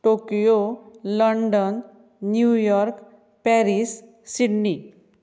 Tokyo London New York Paris Sydney